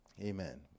Amen